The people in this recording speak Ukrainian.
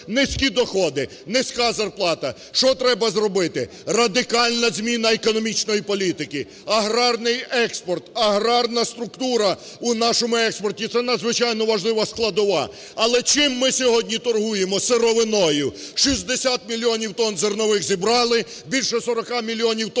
низькі доходи, низька зарплата. Що треба зробити? Радикальна зміна економічної політики, аграрний експорт, аграрна структура у нашому експорті – це надзвичайно важлива складова. Але чим ми сьогодні торгуємо? Сировиною: 60 мільйонів тонн зернових зібрали – більше сорока мільйонів тонн